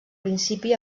principi